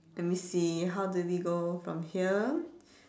let me see how do we go from here